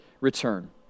return